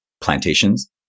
plantations